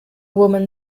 woman